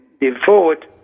devote